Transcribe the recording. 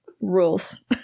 rules